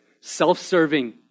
self-serving